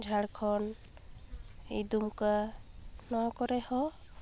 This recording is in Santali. ᱡᱷᱟᱲᱠᱷᱚᱰ ᱤᱭ ᱫᱩᱢᱠᱟ ᱱᱚᱣᱟ ᱠᱚᱨᱮ ᱦᱚᱸ